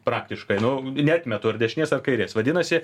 praktiškai nu neatmetu ar dešinės kairės vadinasi